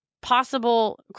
possible